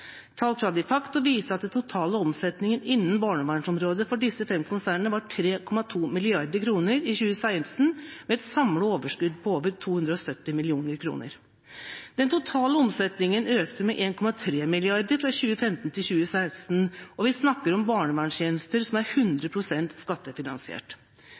Tall fra De Facto viser at den totale omsetningen innen barnevernsområdet for disse fem konsernene var 3,2 milliarder kroner i 2016 med et samlet overskudd på over 270 millioner kroner. Den totale omsetningen økte med 1,3 milliarder fra 2015 til 2016. Og vi snakker om barneverntjenester som er